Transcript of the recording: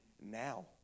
now